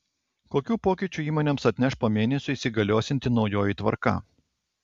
kokių pokyčių įmonėms atneš po mėnesio įsigaliosianti naujoji tvarka